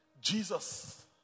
Jesus